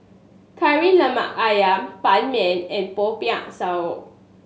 Kari Lemak Ayam Ban Mian and Popiah Sayur